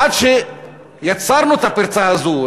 עד שיצרנו את הפרצה הזאת,